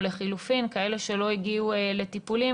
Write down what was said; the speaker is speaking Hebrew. או לחילופין כאלה שלא הגיעו לטיפולים,